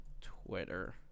Twitter